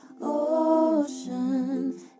ocean